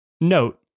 note